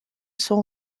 sont